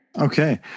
Okay